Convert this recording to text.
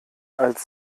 als